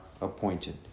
appointed